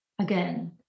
again